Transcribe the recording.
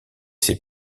ses